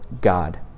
God